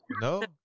no